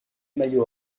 maillot